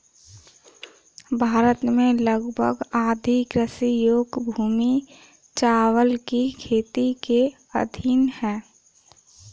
भारत में लगभग आधी कृषि योग्य भूमि चावल की खेती के अधीन है